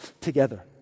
together